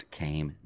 came